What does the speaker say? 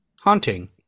haunting